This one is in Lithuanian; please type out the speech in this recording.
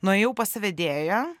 nuėjau pas vedėją